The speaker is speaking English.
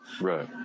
Right